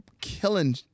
killing